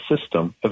system